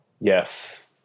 Yes